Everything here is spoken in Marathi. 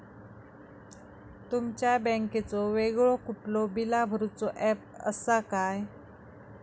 तुमच्या बँकेचो वेगळो कुठलो बिला भरूचो ऍप असा काय?